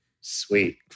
Sweet